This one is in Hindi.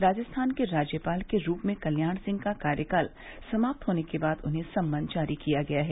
राजस्थान के राज्यपाल के रूप में कल्याण सिंह का कार्यकाल समाप्त होने के बाद उन्हें सम्मन जारी किया गया है